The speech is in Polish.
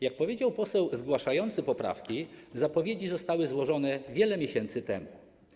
Jak powiedział poseł zgłaszający poprawki, zapowiedzi zostały złożone wiele miesięcy temu.